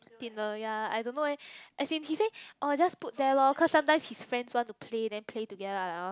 Tinder ya I don't know eh as in he say orh just put there lor cause sometimes his friends want to play then play together I like ah